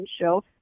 show